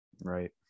right